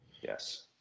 Yes